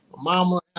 mama